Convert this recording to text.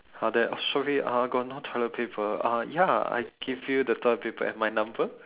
!huh! there I'm sorry I got no toilet paper uh ya I give you the toilet paper and my number